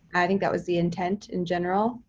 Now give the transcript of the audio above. i think that was the intent in general.